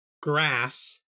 grass